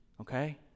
Okay